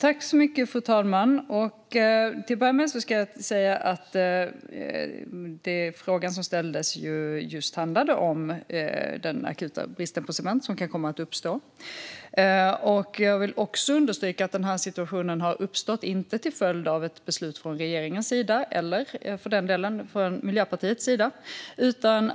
Fru talman! Till att börja med ska jag säga att frågan som ställdes just handlade om den akuta brist på cement som kan komma att uppstå. Jag vill också understryka att den här situationen inte har uppstått till följd av ett beslut från regeringens sida - eller för den delen från Miljöpartiets sida.